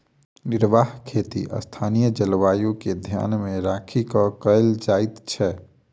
निर्वाह खेती स्थानीय जलवायु के ध्यान मे राखि क कयल जाइत छै